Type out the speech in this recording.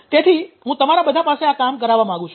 તેથી હું તમારા બધા પાસે આ કામ કરાવવા માંગું છું